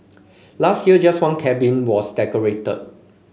last year just one cabin was decorated